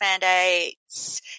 mandates